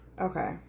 Okay